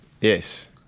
Yes